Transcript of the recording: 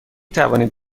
توانید